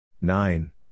Nine